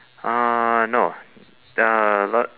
uh no uh la~